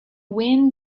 wind